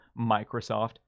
Microsoft